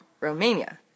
romania